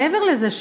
מעבר לזה,